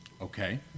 Okay